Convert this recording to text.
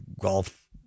Golf